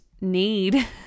need